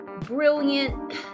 brilliant